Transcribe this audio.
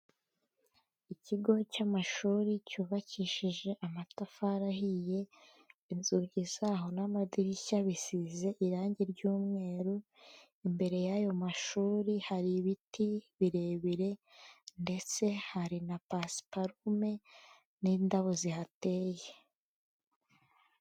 Ikigo cy'amashuri cyubakishije amatafari ahiye, inzugi zaho n'amadirishya bisize irangi ry'umweru, imbere y'ayo mashuri hari ibiti birebire ndetse hari na pasiparume n'indabo zihateye.